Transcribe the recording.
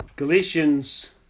Galatians